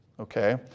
Okay